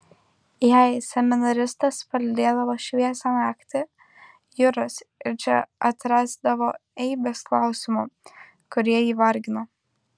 jei seminaristas palydėdavo šviesią naktį juras ir čia atrasdavo eibes klausimų kurie jį vargino